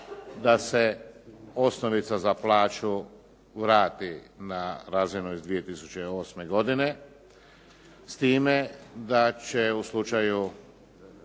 da se osnovica za plaću vrati na razinu iz 2008. godine s time da će u slučaju